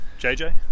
JJ